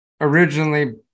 originally